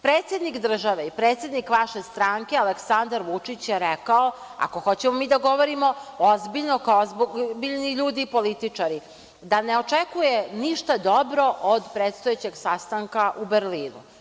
Predsednik države, predsednik vaše stranke Aleksandar Vučić je rekao, ako hoćemo mi da govorimo ozbiljno, kao ozbiljni ljudi, političari, da ne očekuje ništa dobro od predstojećeg sastanka u Berlinu.